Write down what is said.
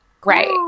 great